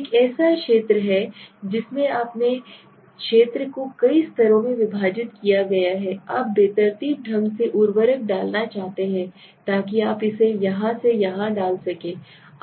एक ऐसा क्षेत्र है जिसमें आपने क्षेत्र को कई स्तरों में विभाजित किया है और आप बेतरतीब ढंग से उर्वरक डालना चाहते हैं ताकि आप इसे यहां और यहां डाल सकें